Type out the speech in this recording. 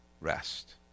Rest